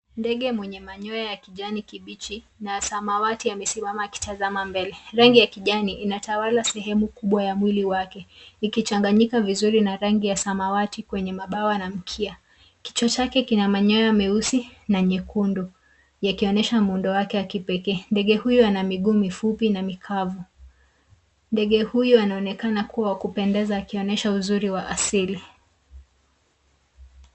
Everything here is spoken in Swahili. Ndege mwenye manyoa ya kijani kibichi na samawati amesimama akitazama mbele. Rangi ya kijani inatawala sehemu kubwa ya mwili wake ikichanganyika vizuri na rangi ya samawati kwenye mabawa na mkia. Kichwa chake kina manyoa meusi na nyekundu yakionyesha muundo wake wa kipekee. Ndege huyo ana miguu mifupi na mikavu. Ndege huyo anaonekana kuwa wakupendeza akionyesha uzuri wa asili.